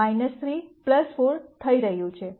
તેથી આ 1 3 4 થઈ રહ્યું છે